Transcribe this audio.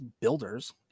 builders